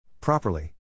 Properly